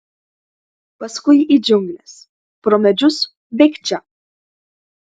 paskui į džiungles pro medžius bėgčia